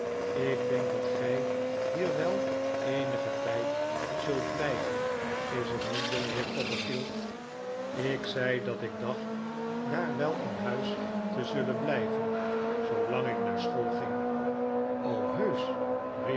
ik denk dat gij hier wel eenigen tijd zult blijven is het niet jongeheer copperfield ik zei dat ik dacht daar wel in huis te david copper field zullen blijven zoolang ik naar school ging heusch